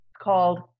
called